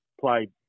played